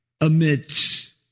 amidst